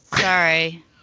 Sorry